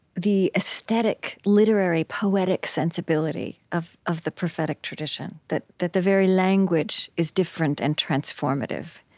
the aesthetic, literary, poetic sensibility of of the prophetic tradition that that the very language is different and transformative,